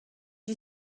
you